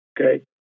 okay